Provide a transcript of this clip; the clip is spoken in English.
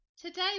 today